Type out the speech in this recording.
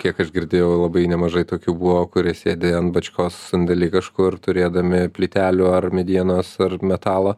kiek aš girdėjau labai nemažai tokių buvo kurie sėdi ant bačkos sandėly kažkur turėdami plytelių ar medienos ar metalą